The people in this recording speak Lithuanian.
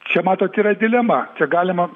čia matot yra dilema čia galima